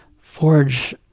forge